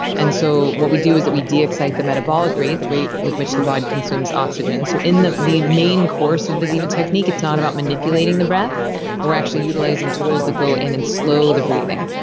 and so what we do is we deexcite the metabolic rate, the rate with which the body consumes oxygen. so in the the main course of the ziva technique, it's not about manipulating the breath but we're actually utilizing tools that go in and slow the breathing,